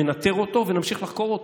ננטר אותו ונמשיך לחקור אותו.